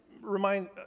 remind